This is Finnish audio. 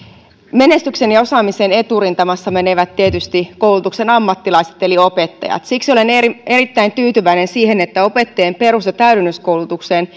menestyksen ja osaamisen eturintamassa menevät tietysti koulutuksen ammattilaiset eli opettajat siksi olen erittäin tyytyväinen siihen että opettajien perus ja täydennyskoulutukseen